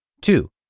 Two